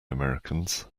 americans